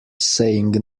saying